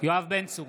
יואב בן צור,